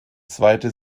zweite